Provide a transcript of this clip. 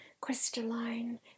crystalline